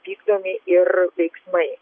vykdomi ir veiksmai